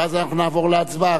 ואז אנחנו נעבור להצבעה.